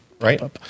Right